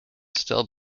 still